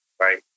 right